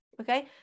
okay